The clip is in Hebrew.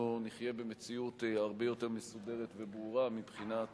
נחיה במציאות הרבה יותר מסודרת וברורה מבחינת